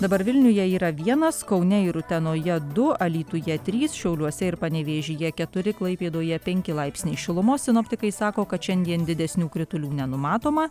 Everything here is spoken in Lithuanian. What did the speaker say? dabar vilniuje yra vienas kaune ir utenoje du alytuje trys šiauliuose ir panevėžyje keturi klaipėdoje penki laipsniai šilumos sinoptikai sako kad šiandien didesnių kritulių nenumatoma